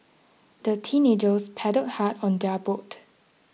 the teenagers paddled hard on their boat